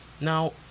Now